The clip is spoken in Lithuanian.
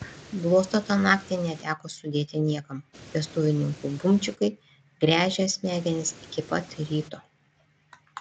bluosto tą naktį neteko sudėti niekam vestuvininkų bumčikai gręžė smegenis iki pat ryto